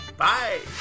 bye